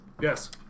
Yes